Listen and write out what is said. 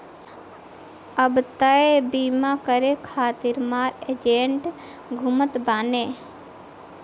अब तअ बीमा करे खातिर मार एजेन्ट घूमत बाने